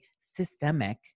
systemic